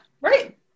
right